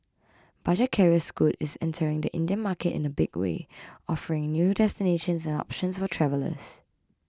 budget carrier Scoot is entering the Indian market in a big way offering new destinations and options for travellers